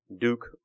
Duke